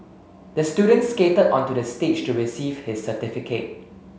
the student skated onto the stage to receive his certificate